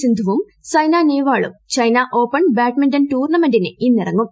സിന്ധുവും സൈനില്ലുനഹ്വാളും China open badminton ടൂർണമെന്റിന് ഇന്നിറങ്ങും